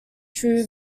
true